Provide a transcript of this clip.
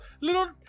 little